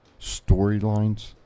storylines